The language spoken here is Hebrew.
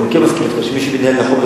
אני מסכים אתך שמי שמנהל נכון,